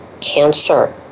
cancer